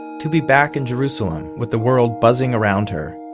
to be back in jerusalem with the world buzzing around her,